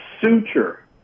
Suture